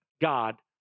God